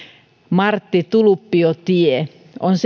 martti tulppio tie on se